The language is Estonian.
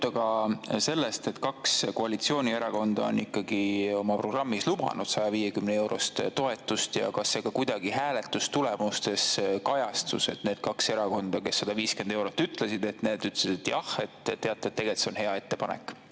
juttu ka sellest, et kaks koalitsioonierakonda on oma programmis lubanud 150‑eurost toetust, ja kas see ka kuidagi hääletustulemustes kajastus? Kas need kaks erakonda, kes 150 eurot soovisid, ütlesid, et jah, teate, tegelikult see on hea ettepanek?